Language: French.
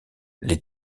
les